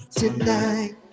tonight